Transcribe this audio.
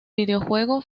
videojuego